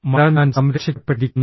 മഴ ഞാൻ സംരക്ഷിക്കപ്പെട്ടിരിക്കുന്നു